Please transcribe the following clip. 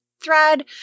Thread